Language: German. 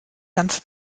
ganze